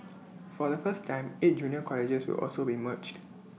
for the first time eight junior colleges will also be merged